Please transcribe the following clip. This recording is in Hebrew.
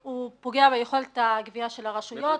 יש פגיעה ביכולת הגבייה של הרשויות.